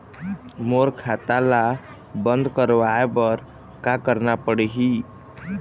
मोर खाता ला बंद करवाए बर का करना पड़ही?